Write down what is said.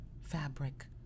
fabric